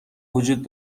وجود